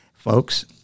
Folks